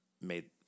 made